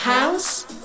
House